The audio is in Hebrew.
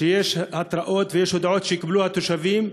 שיש התראות ויש הודעות שיקבלו התושבים,